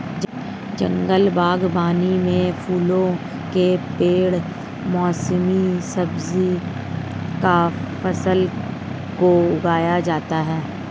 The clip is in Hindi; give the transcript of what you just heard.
जंगल बागवानी में फलों के पेड़ मौसमी सब्जी काष्ठफल को उगाया जाता है